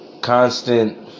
constant